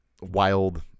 wild